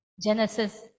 genesis